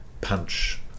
punch